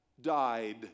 died